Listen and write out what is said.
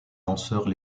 lanceurs